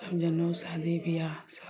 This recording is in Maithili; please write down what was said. जनेउ शादी बियाह सभ